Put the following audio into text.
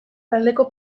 taldeko